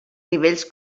nivells